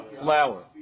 flour